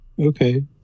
Okay